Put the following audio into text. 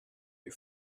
you